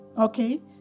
Okay